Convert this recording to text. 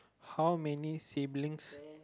how many siblings